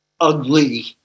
ugly